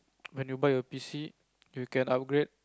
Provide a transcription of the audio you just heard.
when you buy your P_C you can upgrade